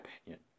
opinion